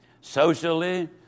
socially